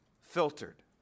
filtered